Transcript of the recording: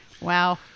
Wow